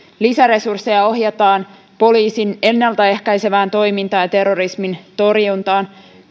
lisäresursseja ohjataan poliisin ennalta ehkäisevään toimintaan ja terrorismin torjuntaan